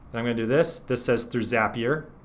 i'm gonna do this, this says through zapier.